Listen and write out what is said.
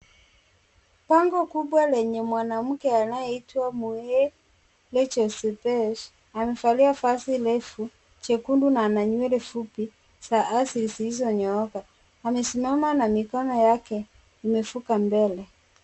Bango kubwa lenye mwanamke anayeitwa Mwe Rachel Shebesh amevalia vazi refu, jekundu na ana nywele fupi za asi zilizonyooka amesimama na mikono yake imevuka mbele.